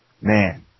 Man